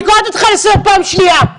לא, אני קוראת אותך לסדר פעם שנייה.